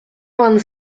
vingt